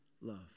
love